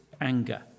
anger